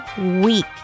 week